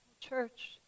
Church